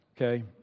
Okay